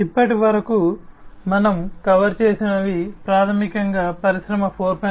ఇప్పటివరకు మనం కవర్ చేసినవి ప్రాథమికంగా పరిశ్రమ 4